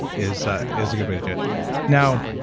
is ah is a good way to do it now,